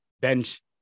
bench